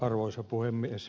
arvoisa puhemies